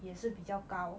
也是比较高